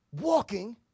walking